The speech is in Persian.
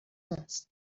هست